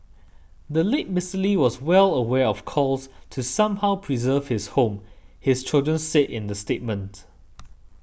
the late Mister Lee was well aware of calls to somehow preserve his home his children said in the statement